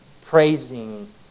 praising